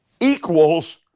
equals